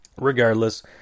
regardless